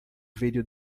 vídeo